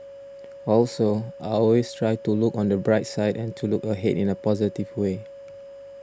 also I always try to look on the bright side and to look ahead in a positive way